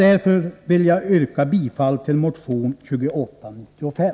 Därför vill jag yrka bifall till motion 2895.